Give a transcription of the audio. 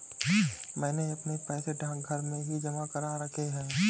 मैंने अपने पैसे डाकघर में ही जमा करा रखे हैं